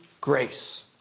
grace